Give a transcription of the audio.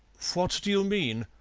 what do you mean?